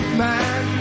man